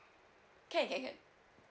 can can can